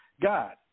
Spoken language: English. God